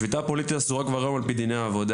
השביתה הפוליטית אסורה כבר היום על פי דיני העבודה.